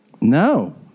no